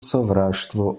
sovraštvo